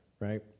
Right